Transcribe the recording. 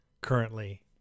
currently